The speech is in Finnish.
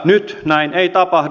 nyt näin ei tapahdu